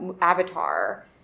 Avatar